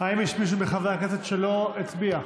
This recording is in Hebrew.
האם יש מישהו מחברי הכנסת שלא הצביע?